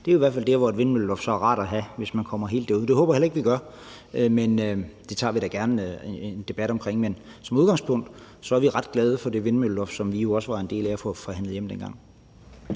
Det er jo i hvert fald der, hvor et vindmølleloft så er rart at have, hvis man kommer helt derud. Det håber jeg heller ikke vi gør. Det tager vi da gerne en debat omkring. Men som udgangspunkt er vi ret glade for det vindmølleloft, som vi jo også var en del af at få forhandlet hjem dengang.